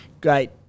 Great